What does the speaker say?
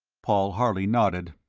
paul harley nodded.